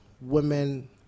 women